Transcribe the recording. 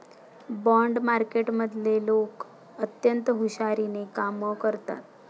bond मार्केटमधले लोक अत्यंत हुशारीने कामं करतात